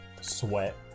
sweat